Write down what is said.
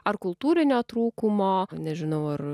ar kultūrinio trūkumo nežinau ar